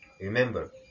remember